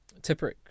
Tipperick